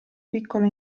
piccola